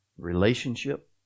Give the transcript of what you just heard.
Relationship